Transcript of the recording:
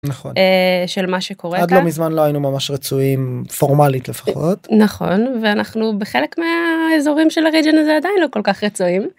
נכון. של מה שקורה. עד לא מזמן לא היינו ממש רצויים, פורמלית לפחות. נכון ואנחנו בחלק מהאזורים של ה-region הזה עדיין לא כל כך רצויים.